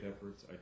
efforts